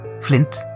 Flint